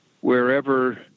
wherever